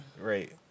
Right